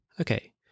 Okay